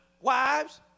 wives